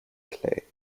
clay